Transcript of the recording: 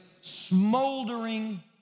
smoldering